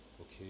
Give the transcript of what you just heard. Okay